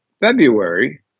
February